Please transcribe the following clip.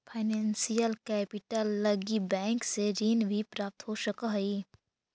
financial capital लगी bank से ऋण भी प्राप्त हो सकऽ हई